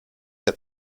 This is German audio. der